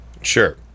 Sure